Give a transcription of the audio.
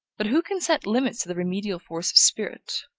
but who can set limits to the remedial force of spirit?